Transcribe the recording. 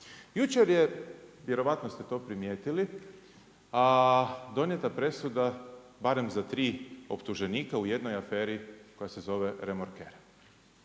Jučer je vjerovatno ste to primijetili, donijeta presuda barem za 3 optuženika, u jednoj aferi koja se zove Remorker.